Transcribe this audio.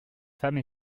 femme